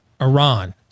Iran